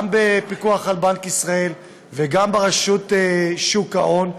גם בפיקוח של בנק ישראל וגם ברשות שוק ההון,